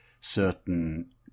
certain